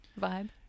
vibe